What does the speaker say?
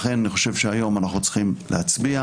לכן אני חושב שהיום אנחנו צריכים להצביע.